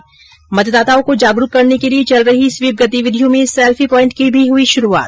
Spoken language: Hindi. ्म मतदाताओं को जागरुक करने के लिए चल रही स्वीप गतिविधियों में सैल्फी पोइन्ट की भी हुई शुरुआत